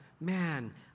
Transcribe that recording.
man